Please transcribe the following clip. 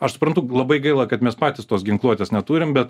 aš suprantu labai gaila kad mes patys tos ginkluotės neturim bet